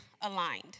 aligned